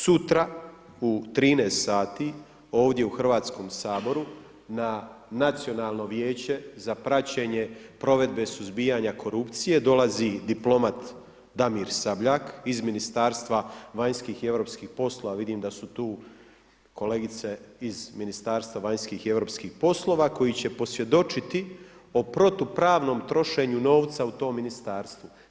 Sutra u 13 sati ovdje u Hrv. Saboru na Nacionalno vijeće za praćenje provedbe suzbijanja korupcije dolazi diplomat Damir Sabljak iz Ministarstva vanjskih i Europskih poslova, vidim da su tu kolegice iz Min. vanjskih i Europskih poslova koji će posvjedočiti o protupravnom trošenju novca u tom ministarstvu.